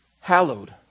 hallowed